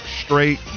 straight